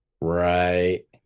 Right